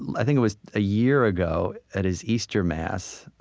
i think it was a year ago, at his easter mass,